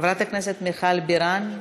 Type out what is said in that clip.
חברת הכנסת מיכל בירן,